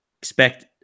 Expect